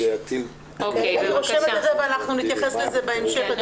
אני רושמת את זה ואנחנו נתייחס לזה בהמשך.